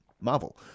marvel